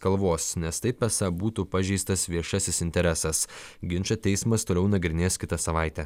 kalvos nes taip esą būtų pažeistas viešasis interesas ginčą teismas toliau nagrinės kitą savaitę